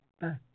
back